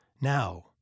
Now